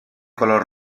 color